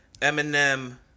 Eminem